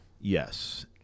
Yes